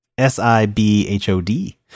S-I-B-H-O-D